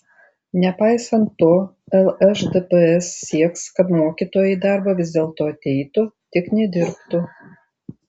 nepaisant to lšdps sieks kad mokytojai į darbą vis dėlto ateitų tik nedirbtų